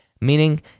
meaning